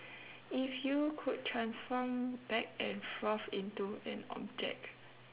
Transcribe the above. if you could transform back and forth into an object